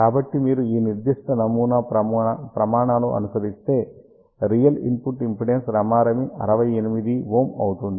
కాబట్టి మీరు ఈ నిర్దిష్ట నమూనా ప్రమాణాలు అనుసరిస్తే రియల్ ఇన్పుట్ ఇంపిడెన్స్ రమారమి 68Ω అవుతుంది